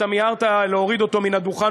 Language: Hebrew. שאתה מיהרת להוריד אותו מן הדוכן,